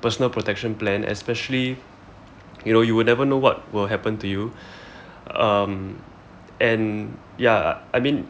personal protection plan especially you know you will never know what will happen to you um and ya I mean